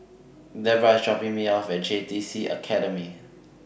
Deborah IS dropping Me off At J T C Academy